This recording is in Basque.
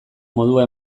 modua